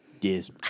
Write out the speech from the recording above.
Yes